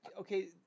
okay